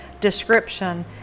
description